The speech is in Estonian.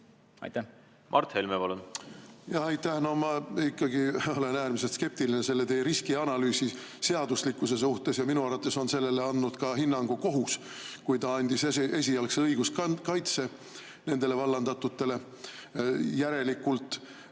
palun! Mart Helme, palun! No ma ikkagi olen äärmiselt skeptiline selle teie riskianalüüsi seaduslikkuse suhtes. Minu arvates on sellele andnud hinnangu ka kohus, kui ta andis esialgse õiguskaitse nendele vallandatutele. Järelikult,